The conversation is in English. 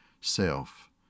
self